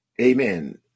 Amen